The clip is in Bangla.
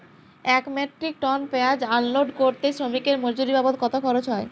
এক মেট্রিক টন পেঁয়াজ আনলোড করতে শ্রমিকের মজুরি বাবদ কত খরচ হয়?